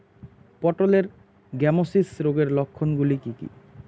পটলের গ্যামোসিস রোগের লক্ষণগুলি কী কী?